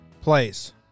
place